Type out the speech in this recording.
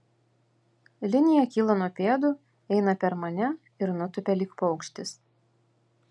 linija kyla nuo pėdų eina per mane ir nutupia lyg paukštis